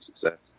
success